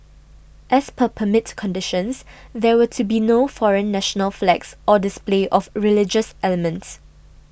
as per permit conditions there were to be no foreign national flags or display of religious elements